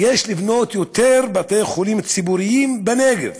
יש לבנות יותר בתי-חולים ציבוריים בנגב.